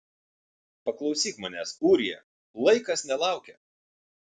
paklausyk manęs ūrija laikas nelaukia